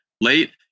late